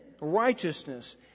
righteousness